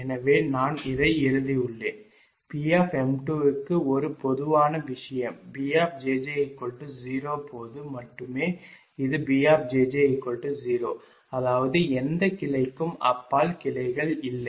எனவே நான் இதை எழுதியுள்ளேன் P க்கு ஒரு பொதுவான விஷயம் Bjj0 போது மட்டுமே இது Bjj0 அதாவது எந்த கிளைக்கும் அப்பால் கிளைகள் இல்லை